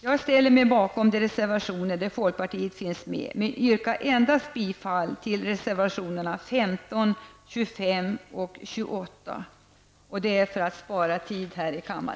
Jag ställer mig bakom de reservationer där folkpartiet finns med men yrkar bifall endast till reservationerna 15, 25 och 28, och det är för att spara tid här i kammaren.